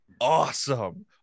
awesome